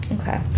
Okay